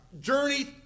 journey